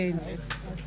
הישיבה ננעלה בשעה 12:45.